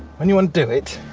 when you undo it